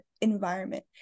environment